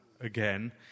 Again